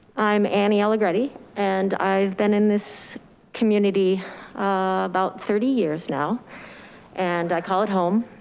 i'm annie allegretti and i've been in this community about thirty years now and i call it home.